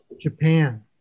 Japan